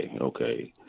okay